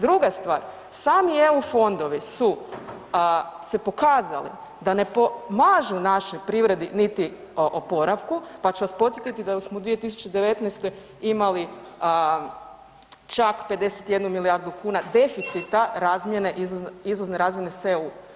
Druga stvar sami EU fondovi su se pokazali da ne pomažu našoj privredi niti oporavku, pa ću vas podsjetiti da smo 2019. imali čak 51 milijardu kuna deficita razmjene, izvozne razmjene s EU.